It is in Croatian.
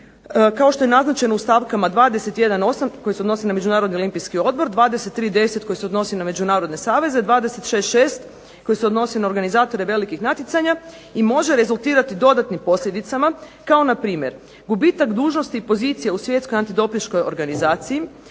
kao što je naznačeno u stavkama 21.8 koji se odnosi na Međunarodni olimpijski odbor, 23.10 koji se odnosi na međunarodne saveze, 26.6 koji se odnosi na organizatore velikih natjecanja i može rezultirati dodatnim posljedicama kao npr. gubitak dužnosti pozicije u Svjetskoj antidopinškoj organizaciji,